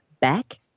back